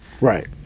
Right